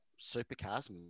supercars